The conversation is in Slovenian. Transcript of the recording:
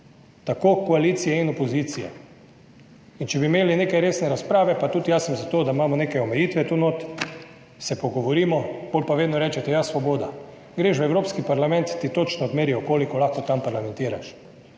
tako koalicije kot opozicije. In če bi imeli neke resne razprave, sem tudi jaz za to, da imamo neke omejitve tu notri, se pogovorimo, potem pa vedno rečete, ja, svoboda. Če greš v Evropski parlament, ti točno odmerijo, koliko lahko tam parlamentiraš.